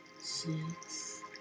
six